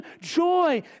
joy